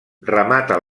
remata